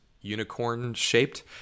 unicorn-shaped